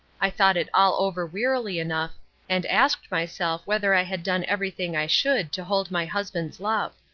i thought it all over wearily enough and asked myself whether i had done everything i should to hold my husband's love.